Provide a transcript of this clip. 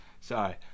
Sorry